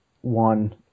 one